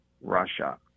Russia